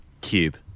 Cube